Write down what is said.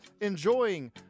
enjoying